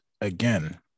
again